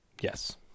Yes